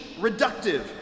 reductive